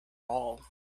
all